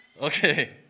Okay